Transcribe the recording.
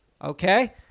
Okay